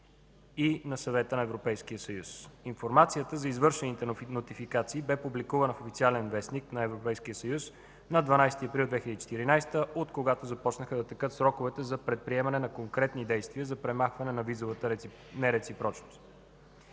и на Съвета на Европейския съюз. Информацията за извършените нотификации бе публикувана в „Официален вестник” на Европейския съюз на 12 април 2014 г., от когато започнаха да текат сроковете за предприемане на конкретни действия за премахване на визовата нереципрочност.